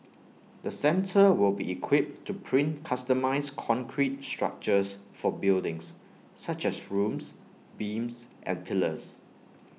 the centre will be equipped to print customised concrete structures for buildings such as rooms beams and pillars